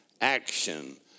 action